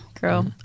girl